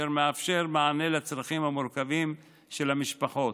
אשר מאפשר מענה לצרכים המורכבים של המשפחות.